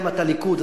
גם אתה, ליכוד.